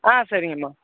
ஆ சரிங்கமா